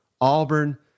Auburn